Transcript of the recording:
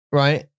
right